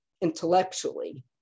intellectually